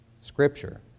Scripture